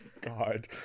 God